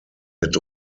mit